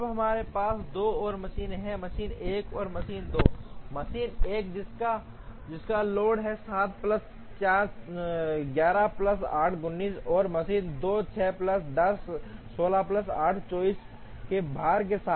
अब हमारे पास दो और मशीनें हैं मशीन 1 और मशीन 2 मशीन 1 जिसका लोड है 7 प्लस 4 11 प्लस 8 19 और मशीन 2 6 प्लस 10 16 प्लस 8 24 के भार के साथ